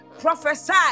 prophesy